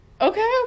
okay